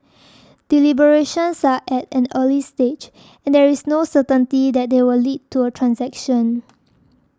deliberations are at an early stage and there is no certainty that they will lead to a transaction